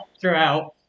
throughout